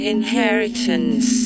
Inheritance